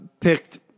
picked